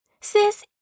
Sis